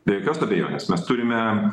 be jokios abejonės mes turime